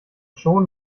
schon